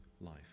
life